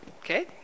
okay